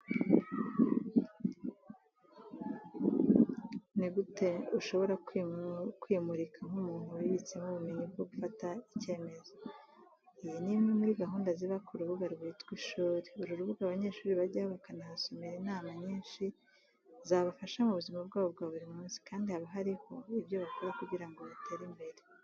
Ni gute ushobora kwimurika nk'umuntu wibitseho ubumenyi bwo gufata icyemezo? Iyi ni imwe muri gahunda ziba ku rubuga rwitwa ishuri. Uru rubuga abanyeshuri bajyaho bakahasomera inama nyinshi zabafasha mu buzima bwabo bwa buri munsi kandi haba hanariho ibyo bakora kugira ngo batere imbere.